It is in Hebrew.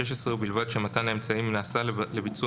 התשע"ו-2016 ובלבד שמתן האמצעים נעשה לביצוע